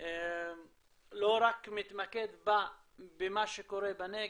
לא רק מתמקד במה שקורה בנגב,